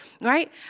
right